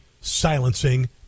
silencing